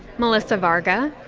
melissa varga.